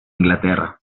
inglaterra